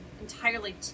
entirely